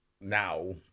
now